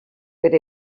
per